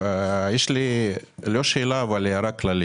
יש לי הערה כללית.